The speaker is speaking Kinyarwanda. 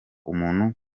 umuntu